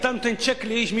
אדם רוצה לתת צ'ק למישהו,